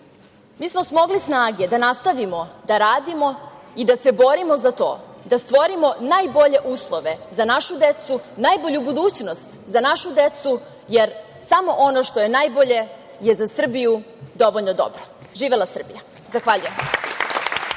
mi smo smogli snage da nastavimo da radimo i da se borimo za to da stvorimo najbolje uslove za našu decu, najbolju budućnost za našu decu, jer samo ono što je najbolje je za Srbiju je dovoljno dobro. Živela Srbija! Zahvaljujem.